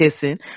kissing